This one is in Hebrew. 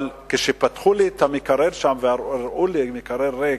אבל כשפתחו לי את המקרר שם והראו לי מקרר ריק,